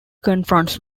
confronts